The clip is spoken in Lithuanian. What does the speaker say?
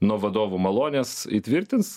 nuo vadovų malonės įtvirtins